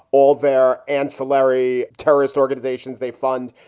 all their ancillary terrorist organizations they fund,